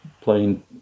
playing